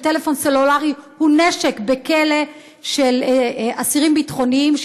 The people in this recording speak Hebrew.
כי טלפון סלולרי הוא נשק של אסירים ביטחוניים בכלא,